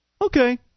Okay